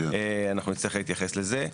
אנחנו נצטרך להתייחס לזה.